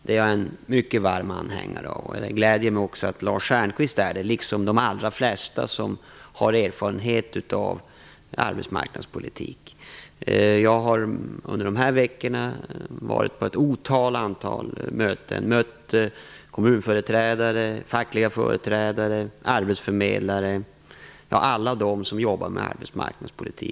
Det gläder mig att också Lars Stjernkvist är det, liksom de allra flesta som har erfarenhet av arbetsmarknadspolitik. Jag har under de senaste veckorna varit på ett otal möten och mött kommunföreträdare, fackliga företrädare och arbetsförmedlare - ja, alla dem som jobbar med arbetsmarknadspolitik.